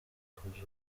kuzura